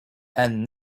and